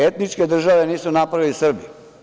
Etničke države nisu napravili Srbi.